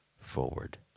forward